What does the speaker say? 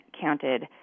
counted